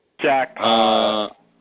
Jackpot